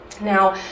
Now